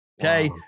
Okay